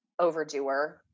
overdoer